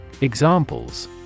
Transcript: Examples